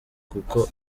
kuko